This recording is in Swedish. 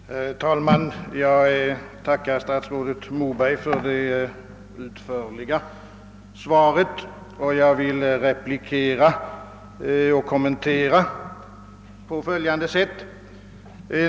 Herr talman! Jag tackar statsrådet Moberg för det utförliga svaret på min fråga, vilket jag vill replikera och kommentera på följande sätt.